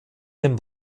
dem